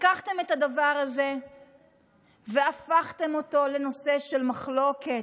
לקחתם את הדבר הזה והפכתם אותו לנושא של מחלוקת,